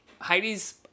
Heidi's